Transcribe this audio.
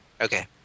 Okay